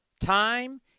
Time